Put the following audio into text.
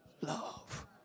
love